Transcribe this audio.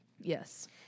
Yes